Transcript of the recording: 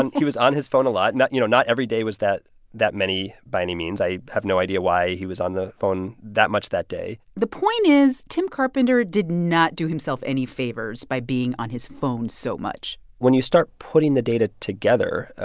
and he was on his phone a lot. you know, not every day was that that many by any means. i have no idea why he was on the phone that much that day the point is tim carpenter did not do himself any favors by being on his phone so much when you start putting the data together,